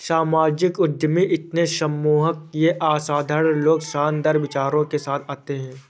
सामाजिक उद्यमी इतने सम्मोहक ये असाधारण लोग शानदार विचारों के साथ आते है